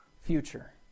future